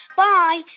bye.